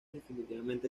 definitivamente